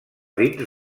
dins